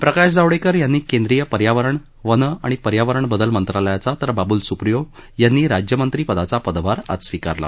प्रकाश जावडेकर यांनी केंद्रीय पर्यावरण वन आणि पर्यावरण बदल मंत्रालयाचा तर बाबूल स्प्रियो यांनी राज्यमंत्री पदाचा पदभार आज स्विकारला